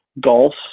golf